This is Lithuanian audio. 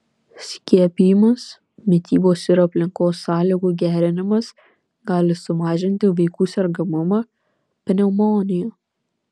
skiepijimas mitybos ir aplinkos sąlygų gerinimas gali sumažinti vaikų sergamumą pneumonija